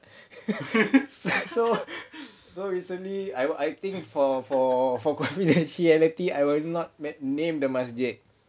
so so recently I I think for for for confidentiality I will not name the masjid